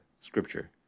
scripture